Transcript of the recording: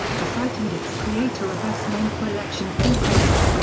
the site and its creator are best known for election forecasts,